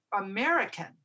American